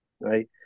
right